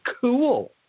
cool